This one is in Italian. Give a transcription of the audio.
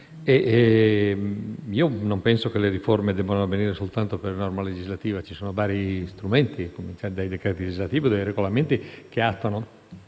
Non penso che le riforme debbano avvenire soltanto attraverso disposizioni legislative: ci sono vari strumenti, dai decreti legislativi ai regolamenti che attuano